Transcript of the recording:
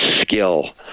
skill